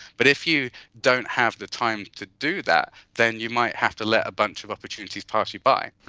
but if you don't have the time to do that then you might have to let a bunch of opportunities pass you by.